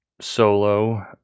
solo